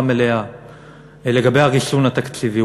לגבי הריסון התקציבי,